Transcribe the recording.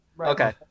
okay